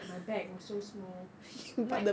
like my bag was so small like